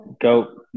go